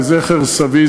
לזכר סבי,